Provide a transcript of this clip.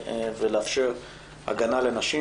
ולאפשר הגנה לנשים